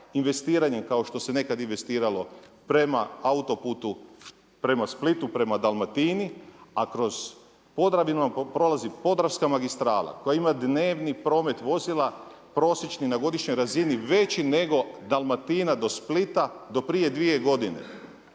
investiranjem kao što se nekad investiralo prema autoputu prema Splitu prema Dalmatini, a kroz Podravinu prolazi Podravska magistrala koja ima dnevni promet vozila prosječni na godišnjoj razini veći nego Dalmatina do Splita do prije dvije godine.